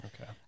Okay